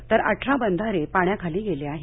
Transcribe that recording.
तर अठरा बंधारे पाण्याखाली गेले आहेत